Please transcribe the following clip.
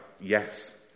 yes